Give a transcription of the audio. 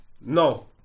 No